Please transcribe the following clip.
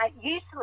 Usually